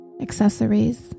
accessories